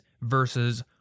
versus